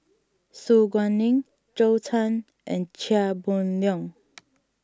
Su Guaning Zhou Can and Chia Boon Leong